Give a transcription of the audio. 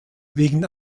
wegen